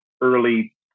early